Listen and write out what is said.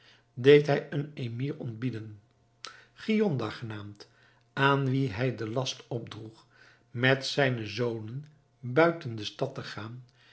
deed hij een emir ontbieden giondar genaamd aan wien hij den last opdroeg met zijne zonen buiten de stad te gaan